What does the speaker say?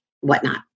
whatnot